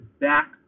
back